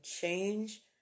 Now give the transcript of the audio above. change